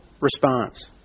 response